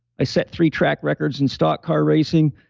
i set three track records in stock car racing.